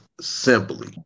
simply